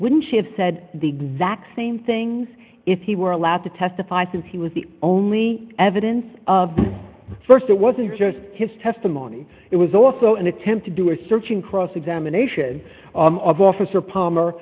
wouldn't she have said the exact same things if he were allowed to testify since he was the only evidence of the st it wasn't just his testimony it was also an attempt to do a search in cross examination of officer